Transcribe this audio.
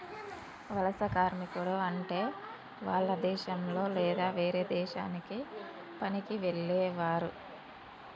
వలస కార్మికుడు అంటే వాల్ల దేశంలొ లేదా వేరే దేశానికి పనికి వెళ్లేవారు